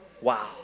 Wow